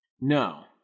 no